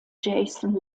jason